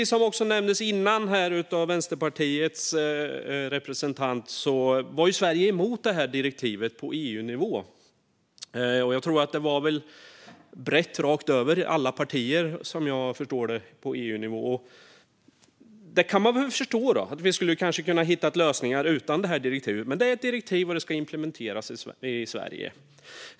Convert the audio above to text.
Som nämndes av Vänsterpartiets representant var Sverige tidigare emot det här direktivet på EU-nivå. Som jag förstår det gällde det brett, rakt över alla partier, på EU-nivå. Det kan man väl förstå - att vi kanske hade kunnat hittat lösningar utan det här direktivet - men det är ett direktiv, och det ska implementeras i Sverige.